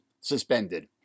suspended